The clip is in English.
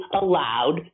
allowed